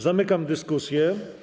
Zamykam dyskusję.